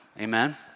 Amen